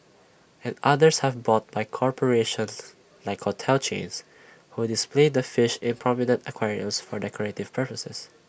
and others have bought by corporations like hotel chains who display the fish in prominent aquariums for decorative purposes